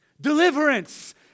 Deliverance